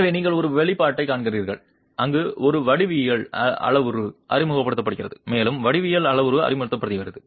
எனவே நீங்கள் ஒரு வெளிப்பாட்டைக் காண்கிறீர்கள் அங்கு ஒரு வடிவியல் அளவுரு அறிமுகப்படுத்தப்படுகிறது மேலும் வடிவியல் அளவுரு அறிமுகப்படுத்தப்படுகிறது